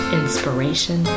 inspiration